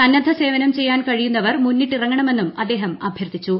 സന്നദ്ധ സേവനം ചെയ്യാൻ കഴിയുന്നവർ മുന്നിട്ടിറങ്ങണമെന്നും അദ്ദേഹം അഭ്യർത്ഥിച്ചു